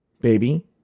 Baby